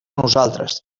nosaltres